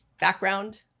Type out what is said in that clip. background